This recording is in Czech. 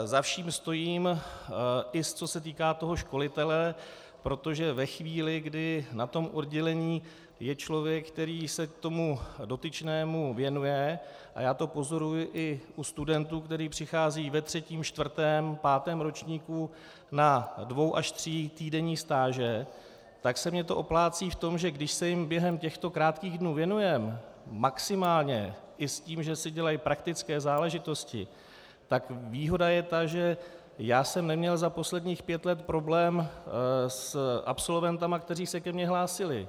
Za vším stojím, i co se týká toho školitele, protože ve chvíli, kdy na oddělení je člověk, který se tomu dotyčnému věnuje, a já to pozoruji i u studentů, kteří přicházejí ve třetím, čtvrtém, pátém ročníku na dvou až třítýdenní stáže, tak se mi to oplácí v tom, že když se jim během těchto krátkých dnů věnujeme maximálně i s tím, že si dělají praktické záležitosti, tak výhoda je ta, že jsem neměl za posledních pět let problém s absolventy, kteří se ke mně hlásili.